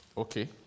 Okay